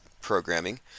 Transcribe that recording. programming